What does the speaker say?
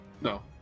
No